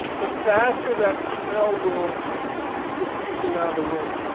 the faster that smell will diffuse around the room.